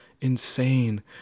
insane